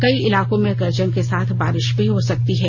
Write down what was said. कई इलाकों में गर्जन के साथ बारिश भी हो सकती है